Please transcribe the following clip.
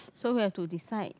so we have to decide